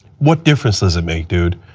what difference does it make, dude?